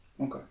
Okay